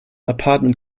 apartment